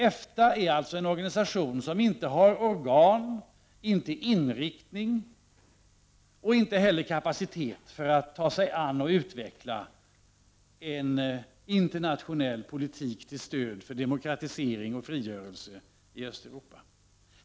EFTA är alltså en organisation som inte har organ, inte inriktning och inte heller kapacitet för att ta sig an och utveckla en internationell politik till stöd för demokratisering och frigörelse i Östeuropa.